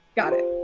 got it.